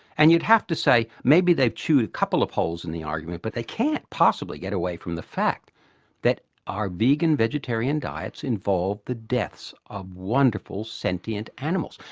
and you'd have to say, maybe they've chewed a couple of holes in the argument, but they can't possibly get away from the fact that our vegan or vegetarian diets involve the deaths of wonderful sentient animals.